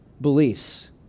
beliefs